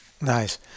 nice